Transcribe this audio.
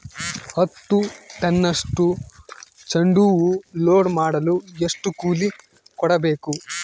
ಹತ್ತು ಟನ್ನಷ್ಟು ಚೆಂಡುಹೂ ಲೋಡ್ ಮಾಡಲು ಎಷ್ಟು ಕೂಲಿ ಕೊಡಬೇಕು?